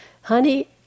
Honey